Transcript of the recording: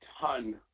ton